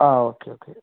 ആ okay okay